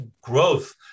growth